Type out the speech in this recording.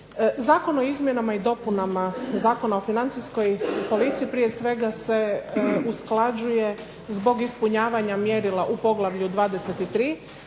Zakon o izmjenama i dopunama Zakona o Financijskoj policiji prije svega se usklađuje zbog ispunjavanja mjerila u poglavlju 23.